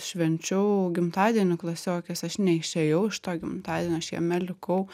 švenčiau gimtadienį klasiokės aš neišėjau iš to gimtadienio aš jame likau